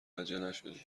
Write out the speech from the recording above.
نشدیم